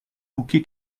bouquet